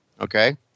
Okay